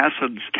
acids